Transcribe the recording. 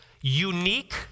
unique